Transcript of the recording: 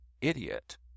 idiot